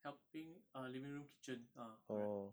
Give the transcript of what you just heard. helping ah living room kitchen ah correct